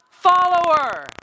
follower